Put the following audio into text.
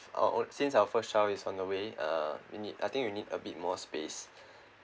uh on~ since our first child is on her way uh we need I think we need a bit more space